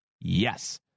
Yes